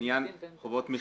לעניין חובות מכרזים,